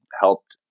helped